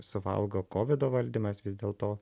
suvalgo kovido valdymas vis dėlto